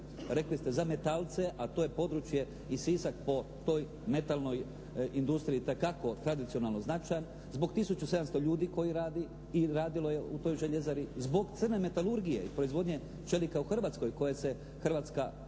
Rekli ste za metalce a to je područje i Sisak po toj metalnoj industriji, dakako tradicionalno značajan zbog 1700 ljudi koji radi i radilo je u toj željezari, zbog crne metalurgije i proizvodnje čelika u Hrvatskoj koje se Hrvatska,